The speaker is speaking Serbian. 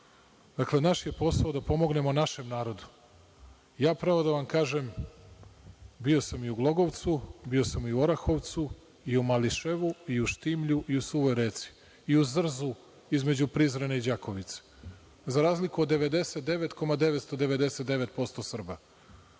naš je posao da pomognemo našem narodu. Ja, pravo da vam kažem, bio sam i u Glogovcu, bio sam i u Orahovcu i u Mališevu i u Štimlju i u Suvoj Reci i u Zrzu između Prizrena i Đakovice, za razliku od 99,999% Srba.